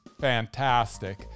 fantastic